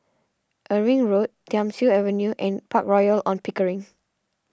Irving Road Thiam Siew Avenue and Park Royal on Pickering